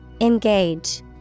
Engage